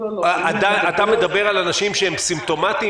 אתה מדבר על אנשים שהם סימפטומטיים,